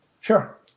Sure